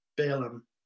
Balaam